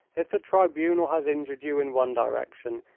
if the tribunal has injured you in one direction,